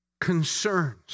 concerns